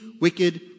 wicked